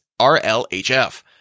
RLHF